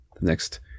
Next